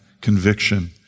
conviction